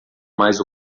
mais